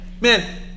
man